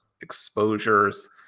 exposures